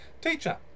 teacher